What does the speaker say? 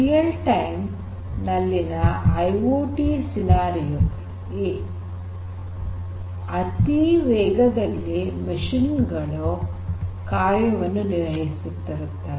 ನೈಜ ಸಮಯದಲ್ಲಿನ ಐಐಓಟಿ ಸನ್ನಿವೇಶದಲ್ಲಿ ಅತಿ ವೇಗದಲ್ಲಿ ಯಂತ್ರಗಳು ಕಾರ್ಯವನ್ನು ನಿರ್ವಹಿಸುತ್ತಿರುತ್ತವೆ